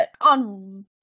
on